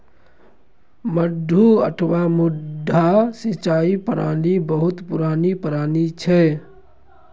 मड्डू अथवा मड्डा सिंचाइ प्रणाली बहुत पुरान प्रणाली छियै